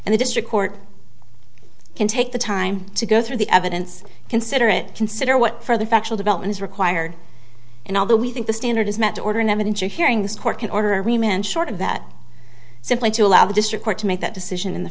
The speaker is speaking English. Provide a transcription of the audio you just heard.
and the district court can take the time to go through the evidence consider it consider what further factual development is required and although we think the standard is met to order in evidence or hearings court can order every man short of that simply to allow the district court to make that decision in the